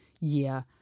year